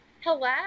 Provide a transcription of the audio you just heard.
Hello